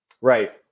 Right